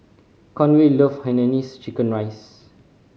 Conway love hainanese chicken rice